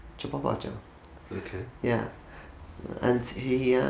chobabaccio ok yeah and he